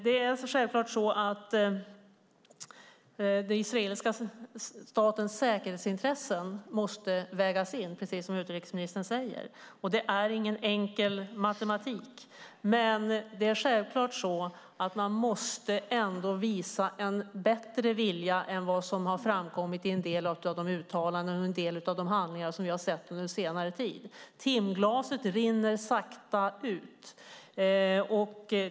Självklart är det också så att den israeliska statens säkerhetsintressen måste vägas in - precis som utrikesministern säger. Det är ingen enkel matematik. Men man måste ändå visa en bättre vilja än som framkommit i en del av de uttalanden och en del av de handlingar som vi under senare tid sett. Timglaset rinner sakta ut.